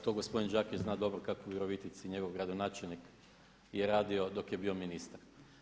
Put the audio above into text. To gospodin Đakić zna dobro kako u Virovitici njegov gradonačelnik je radio dok je bio ministar.